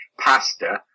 pasta